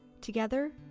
Together